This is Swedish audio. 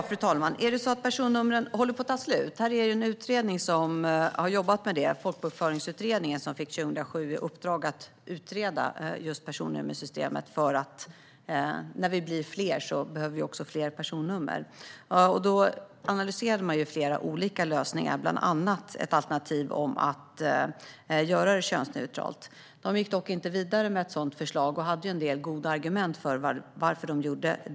Fru talman! Är det så att personnumren håller på att ta slut? Folkbokföringsutredningen fick 2007 i uppdrag att utreda personnummersystemet - när vi blir fler behöver vi ju också fler personnummer. Man analyserade flera olika lösningar, bland annat att göra personnumren könsneutrala. Man gick dock inte vidare med ett sådant förslag, och man hade en del goda argument för att inte göra detta.